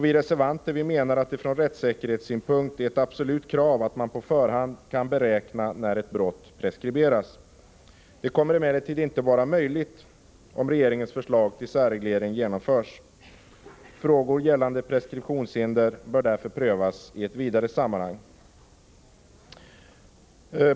Vi reservanter menar att det från rättssäkerhetssynpunkt är ett absolut krav att man på förhand kan beräkna när ett brott preskriberas. Detta kommer emellertid inte att vara möjligt om regeringens förslag till särreglering genomförs. Frågor gällande preskriptionshinder bör därför prövas i ett vidare sammanhang.